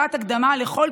לכן,